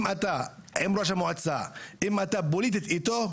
אם אתה פוליטית איתו,